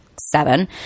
seven